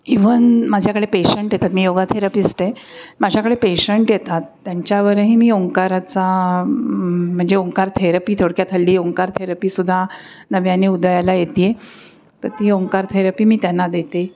even माझ्याकडे patient येतात मी योगा थेरेपिस्ट आहे माझ्याकडे पेशंट येतात त्यांच्यावरही मी ओंकाराचा म्हणजे ओंकार थेरपी थोडक्यात हल्ली ओंकार थेरपी सुद्धा नव्याने उदयाला येते आहे तर ती ओंकार थेरपी मी त्यांना देते